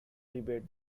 debate